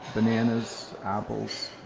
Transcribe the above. bananas, apples,